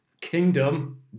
Kingdom